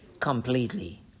Completely